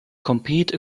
compete